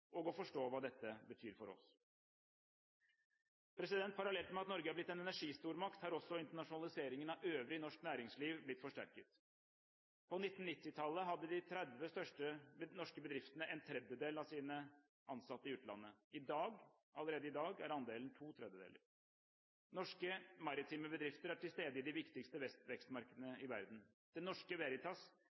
og å forstå hva dette betyr for oss. Parallelt med at Norge er blitt en energistormakt, har også internasjonaliseringen av øvrig norsk næringsliv blitt forsterket. På 1990-tallet hadde de 30 største norske bedriftene en tredjedel av sine ansatte i utlandet. Allerede i dag er andelen to tredjedeler. Norske maritime bedrifter er til stede i de viktigste vekstmarkedene i verden. Det Norske Veritas